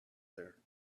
there